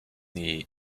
the